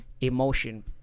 emotion